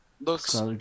looks